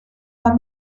war